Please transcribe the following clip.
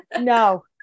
No